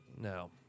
No